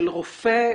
של רופא?